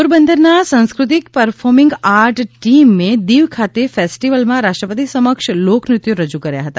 પોરબંદરના સંસ્ક્રતિ performing art ટીમે દિવ ખાતે ફેસ્ટિવલમાં રાષ્ટ્રપતિ સમક્ષ લોકનૃત્યો રજૂ કર્યા હતા